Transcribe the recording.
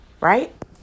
Right